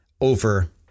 over